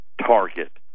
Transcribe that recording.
target